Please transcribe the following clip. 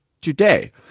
today